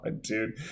dude